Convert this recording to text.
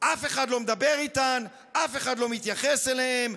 אף אחד לא מדבר איתן, אף אחד לא מתייחס אליהן.